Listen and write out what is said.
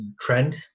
trend